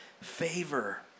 favor